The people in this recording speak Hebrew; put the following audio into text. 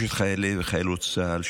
יש את חיילי וחיילות צה"ל,